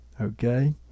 okay